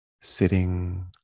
sitting